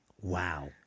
Wow